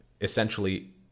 essentially